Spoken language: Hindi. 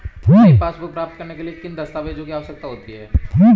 नई पासबुक प्राप्त करने के लिए किन दस्तावेज़ों की आवश्यकता होती है?